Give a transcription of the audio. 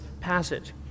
passage